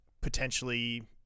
potentially